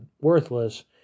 worthless